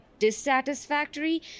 dissatisfactory